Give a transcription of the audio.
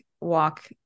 walk